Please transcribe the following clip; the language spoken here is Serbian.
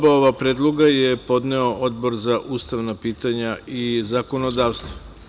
Oba ova predloga je podneo Odbor za ustavna pitanja i zakonodavstvo.